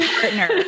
partner